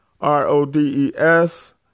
R-O-D-E-S